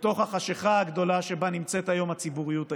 בתוך החשכה הגדולה שבה נמצאת היום הציבוריות הישראלית.